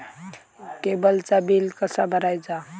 केबलचा बिल कसा भरायचा?